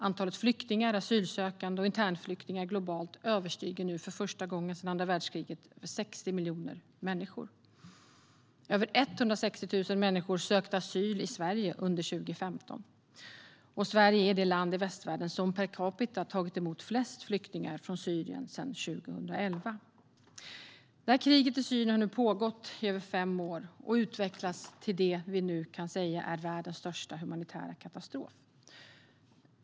Antalet flyktingar, asylsökande och internflyktingar globalt överstiger nu för första gången sedan andra världskriget 60 miljoner människor. Över 160 000 människor sökte asyl i Sverige under 2015. Sverige är det land i västvärlden som per capita har tagit emot flest flyktingar från Syrien sedan 2011. Kriget i Syrien har nu pågått i över fem år och utvecklats till det som vi nu kan säga är världens största humanitära katastrof.